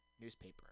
newspaper